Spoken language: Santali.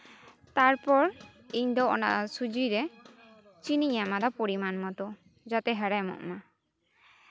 ᱛᱟᱨᱯᱚᱨ ᱤᱧ ᱫᱚ ᱚᱱᱟ ᱥᱩᱡᱤᱨᱮ ᱪᱤᱱᱤᱧ ᱮᱢ ᱟᱫᱟ ᱯᱚᱨᱤᱢᱟᱱ ᱢᱚᱛᱚ ᱡᱟᱛᱮ ᱦᱮᱲᱮᱢᱚᱜᱼᱟ